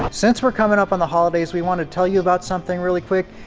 since we're coming up on the holidays, we wanted to tell you about something really quick.